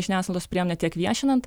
žiniasklaidos priemonę tiek viešinant